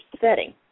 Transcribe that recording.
setting